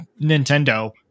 Nintendo